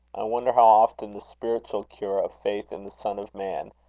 wonder how often the spiritual cure of faith in the son of man,